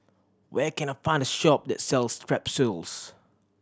where can I find a shop that sells Strepsils